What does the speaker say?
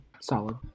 solid